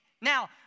Now